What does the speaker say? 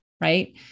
right